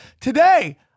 Today